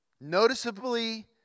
noticeably